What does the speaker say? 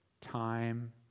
time